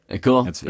Cool